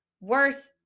worse